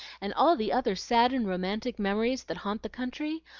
and all the other sad and romantic memories that haunt the country?